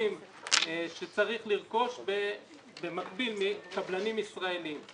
האחוזים שצריך לרכוש במקביל מקבלנים ישראלים.